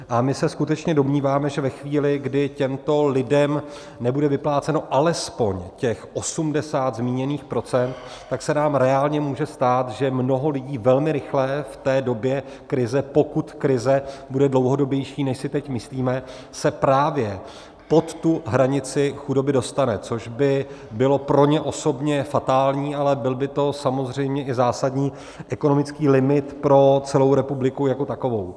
A my se skutečně domníváme, že ve chvíli, kdy těmto lidem nebude vypláceno alespoň těch 80 zmíněných procent, tak se nám reálně může stát, že se mnoho lidí velmi rychle v té době krize, pokud krize bude dlouhodobější, než si teď myslíme, právě pod tu hranici chudoby dostane, což by bylo pro ně osobně fatální, ale byl by to samozřejmě i zásadní ekonomický limit pro celou republiku jako takovou.